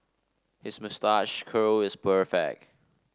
his moustache curl is perfect